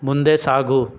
ಮುಂದೆ ಸಾಗು